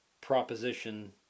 Proposition